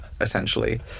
essentially